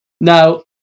Now